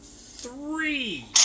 three